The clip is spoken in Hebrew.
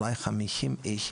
אולי 50 איש,